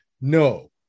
No